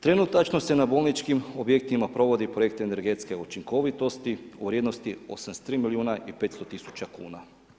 Trenutačno se na bolničkim objektima provodi projekt energetske učinkovitosti u vrijednosti 83 milijuna i 500 tisuća kuna.